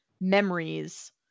memories